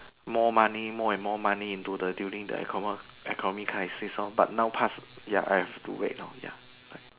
more money more and more money into the during the economy economy crisis lor but now pass ya I have to wait lor ya